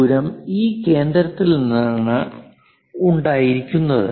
ഈ ദൂരം ഈ കേന്ദ്രത്തിൽ നിന്നാണ് ഉണ്ടായിരിക്കുന്നത്